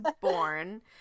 born